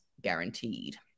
guaranteed